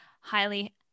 highly